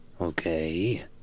okay